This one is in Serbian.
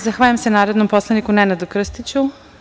Zahvaljujem se narodnom poslaniku Nenadu Krstiću.